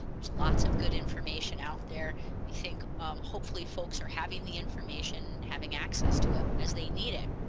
there's lots of good information out there they think hopefully folks are having the information having access to it as they need it.